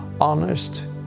honest